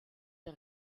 der